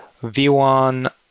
V1